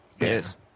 yes